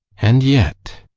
and yet,